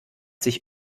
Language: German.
sich